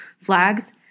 flags